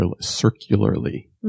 circularly